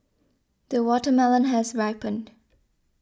the watermelon has ripened